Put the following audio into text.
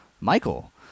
Michael